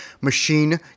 Machine